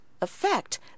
effect